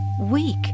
weak